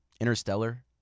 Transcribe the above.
Interstellar